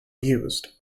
used